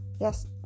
yes